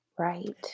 Right